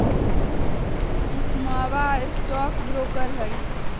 सुषमवा stock broker हई